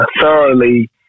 thoroughly